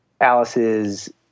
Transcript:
Alice's